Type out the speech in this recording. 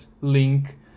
link